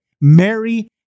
Mary